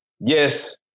yes